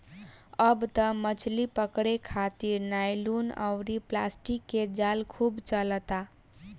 अब त मछली पकड़े खारित नायलुन अउरी प्लास्टिक के जाल खूब चलता